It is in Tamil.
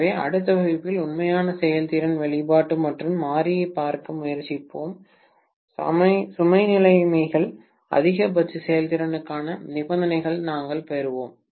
எனவே அடுத்த வகுப்பில் உண்மையான செயல்திறன் வெளிப்பாடு மற்றும் மாறியைப் பார்க்க முயற்சிப்போம் சுமை நிலைமைகள் அதிகபட்ச செயல்திறனுக்கான நிபந்தனைகளை நாங்கள் பெறுவோம்